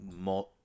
more